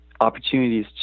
opportunities